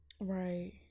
Right